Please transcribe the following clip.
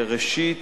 ראשית,